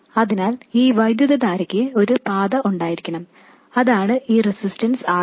അതിനാൽ ഈ വൈദ്യുതധാരയ്ക്ക് ഒരു പാത ഉണ്ടായിരിക്കണം അതാണ് ഈ റെസിസ്റ്റൻസ് RD